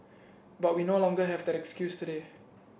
but we no longer have that excuse today